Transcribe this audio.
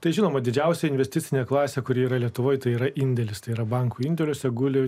tai žinoma didžiausią investicinę klasę kuri yra lietuvoje tai yra indėlis tai yra bankų indėliuose guli